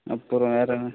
அப்புறம் வேறு